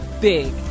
big